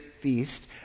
feast